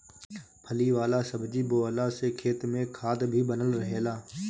फली वाला सब्जी बोअला से खेत में खाद भी बनल रहेला